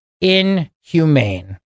inhumane